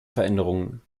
veränderungen